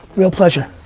real pleasure.